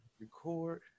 record